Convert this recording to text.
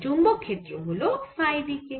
তাই চৌম্বক ক্ষেত্র হল ফাই দিকে